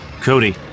Cody